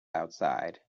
outside